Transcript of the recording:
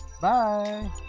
Bye